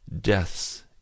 deaths